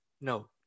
No